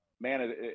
man